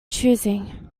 choosing